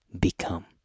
become